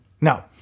No